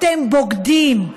אתם בוגדים.